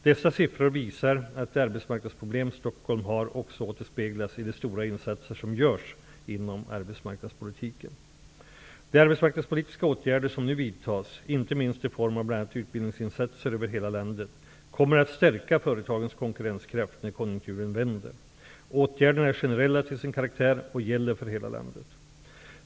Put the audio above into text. Dessa siffror visar att de arbetsmarknadsproblem Stockholm har också återspeglas i de stora insatser som görs inom arbetsmarknadspolitiken. De arbetsmarknadspolitiska åtgärder som nu vidtas, inte minst i form av bl.a. utbildningsinsatser över hela landet, kommer att stärka företagens konkurrenskraft när konjunkturen vänder. Åtgärderna är generella till sin karaktär och gäller för hela landet.